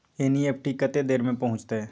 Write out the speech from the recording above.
NEFT कत्ते देर में पहुंचतै?